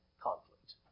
conflict